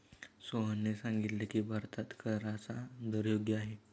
सोहनने सांगितले की, भारतात कराचा दर योग्य आहे